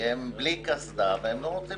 הם בלי קסדה והם לא רוצים